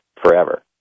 forever